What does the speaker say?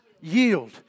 Yield